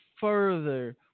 further